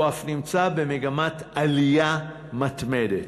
והוא אף נמצא במגמת עלייה מתמדת.